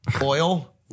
oil